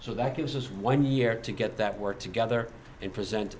so that uses one year to get that work together and present